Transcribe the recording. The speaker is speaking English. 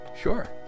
Sure